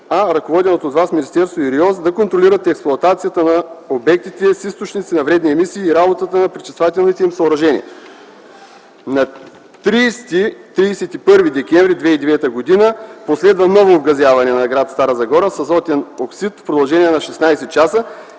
а ръководеното от Вас министерство и РИОС – да контролират експлоатацията на обектите с източници на вредни емисии и работата на пречиствателните им съоръжения. На 30-31 декември 2009 г. последва ново обгазяване на гр. Стара Загора с азотен оксид в продължение на 16 часа,